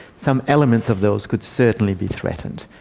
some elements of those could certainly be threatened.